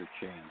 change